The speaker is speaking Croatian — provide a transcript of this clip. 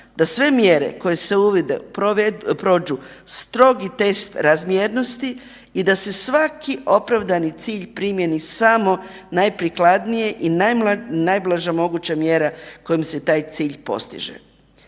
da sve mjere koje se uvode prođu strogi test razmjernosti i da se svaki opravdani cilj primjeni samo najprikladnije i najblaža moguća mjera kojom se taj cilj postiže.